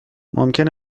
ممکن